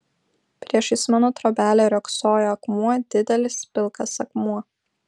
priešais mano trobelę riogsojo akmuo didelis pilkas akmuo